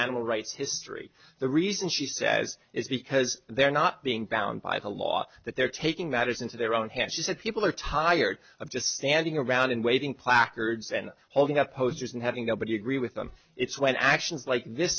animal rights history the reason she says is because they're not being bound by the law that they're taking that is into their own hands she said people are tired of just standing around and waiting placards and holding up poses and having nobody agree with them it's when actions like this